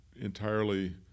entirely